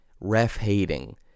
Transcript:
ref-hating